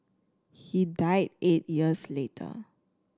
he died eight years later